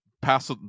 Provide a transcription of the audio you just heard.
pass